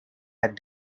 had